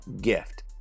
gift